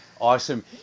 Awesome